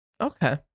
okay